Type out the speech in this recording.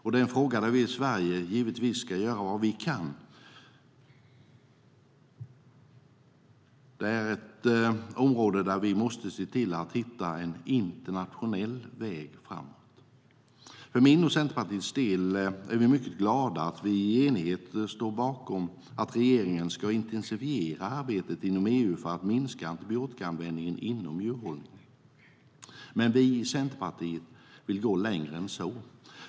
Det är en fråga där vi i Sverige givetvis ska göra vad vi kan, och det är ett område där vi måste se till att hitta en internationell väg framåt. För min och Centerpartiets del är vi mycket glada att vi i enighet står bakom att regeringen ska intensifiera arbetet inom EU för att minska antibiotikaanvändningen inom djurhållningen. Men vi i Centerpartiet vill gå längre än så.